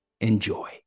enjoy